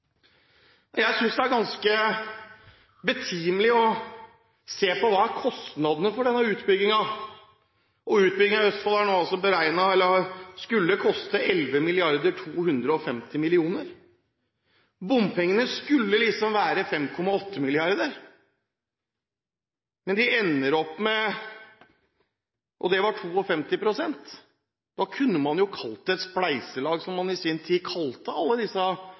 Jeg synes det er ganske betimelig å se på hva som er kostnadene for denne utbyggingen. Utbyggingen i Østfold skulle koste 11 250 mill. kr. Bompengene skulle liksom være 5,8 mrd. kr, og det var 52 pst. Da kunne man jo kalt det et spleiselag, som man i sin tid kalte alle disse